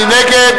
מי נגד,